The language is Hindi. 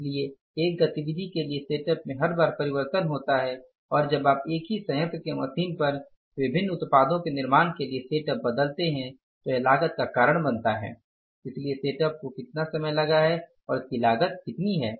इसलिए एक गतिविधि के लिए सेटअप में हर बार परिवर्तन होता है जब आप एक ही संयंत्र के मशीन पर विभिन्न उत्पादों के निर्माण के लिए सेटअप बदलते हैं तो यह लागत का कारण बनता है इसलिए सेटअप को कितना समय लगा है और इसकी लागत कितनी है